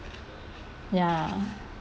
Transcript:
ya